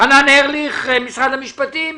חנן ארליך, משרד המשפטים,